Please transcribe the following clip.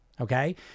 Okay